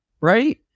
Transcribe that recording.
right